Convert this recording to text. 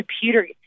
computer